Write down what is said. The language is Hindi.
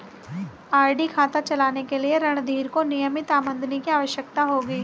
आर.डी खाता चलाने के लिए रणधीर को नियमित आमदनी की आवश्यकता होगी